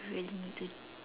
really need to